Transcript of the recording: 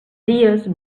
dies